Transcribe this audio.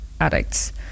addicts